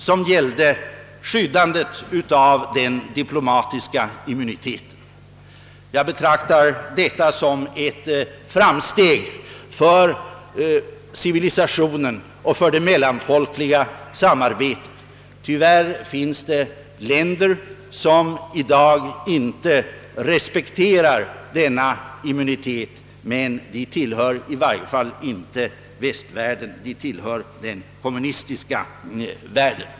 Den gällde skyddandet av den diplomatiska immuniteten. Jag betraktar den överenskommelsen som ett framsteg för civilisationen och för det mellanfolkliga samarbetet. Tyvärr finns det i dag länder som inte respekterar denna immunitet. De hör dock inte till västvärlden utan till den kommunistiska världen.